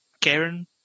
Karen